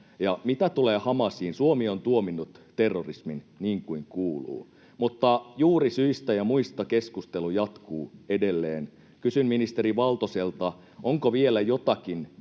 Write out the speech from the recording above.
mitä tulee Hamasiin, Suomi on tuominnut terrorismin niin kuin kuuluu, mutta juurisyistä ja muista keskustelu jatkuu edelleen. Kysyn ministeri Valtoselta: onko vielä jotakin,